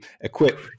equip